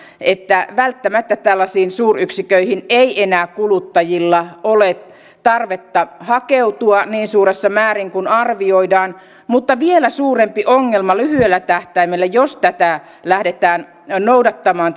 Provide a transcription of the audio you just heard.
että välttämättä tällaisiin suuryksiköihin ei enää kuluttajilla ole tarvetta hakeutua niin suuressa määrin kuin arvioidaan vielä suurempi ongelma lyhyellä tähtäimellä jos tätä mahdollisuutta lähdetään noudattamaan